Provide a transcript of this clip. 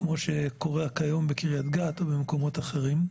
כמו שקורה היום בקרית גת ומקומות אחרים.